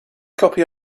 copy